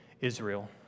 Israel